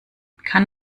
kann